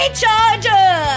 charger